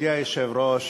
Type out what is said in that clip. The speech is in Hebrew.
מכובדי היושב-ראש,